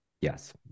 Yes